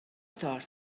tort